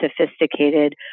sophisticated